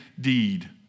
deed